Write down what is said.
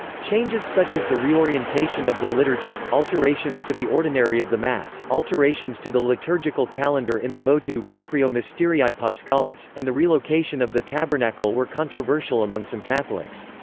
changes such as the reorientation of the liturgy, alterations to the ordinary of the mass, alterations to the liturgical calendar in the motu proprio mysterii paschalis, and the relocation of the tabernacle were controversial among some catholics.